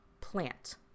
plant